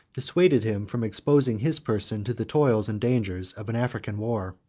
dissuaded him from exposing his person to the toils and dangers of an african war.